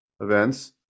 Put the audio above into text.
events